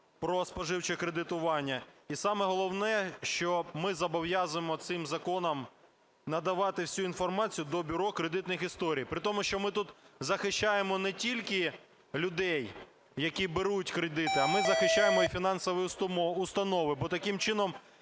"Про споживче кредитування". І саме головне, що ми зобов'язуємо цим законом надавати всю інформацію до Бюро кредитних історій, при тому, що ми тут захищаємо не тільки людей, які беруть кредити, а ми захищаємо і фінансові установи, бо таким чином